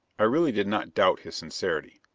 i really did not doubt his sincerity.